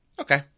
Okay